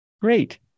Great